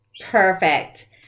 perfect